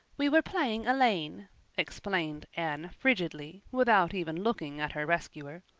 we were playing elaine explained anne frigidly, without even looking at her rescuer,